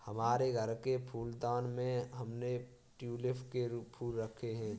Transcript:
हमारे घर के फूलदान में हमने ट्यूलिप के फूल रखे हैं